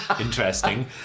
interesting